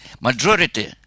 majority